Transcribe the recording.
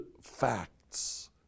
facts